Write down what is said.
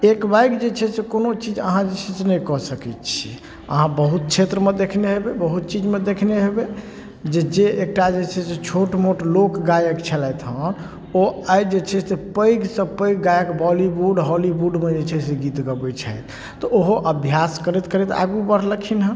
एकबागि जे छै से कोनो चीज अहाँ जे छै से नहिकऽ सकै छी अहाँ बहुत क्षेत्रमे देखने हेबै बहुत चीजमे देखने हेबै जे जे एकटा जे छै से छोट मोट लोक गायक छलथि हँ ओ आइ जे छै से पैघसँ पैघ गायक बॉलीवुड हॉलीवुडमे जे छै से गीत गबै छथि तऽ ओहो अभ्यास करैत करैत आगू बढ़लखिन हँ